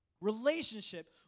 relationship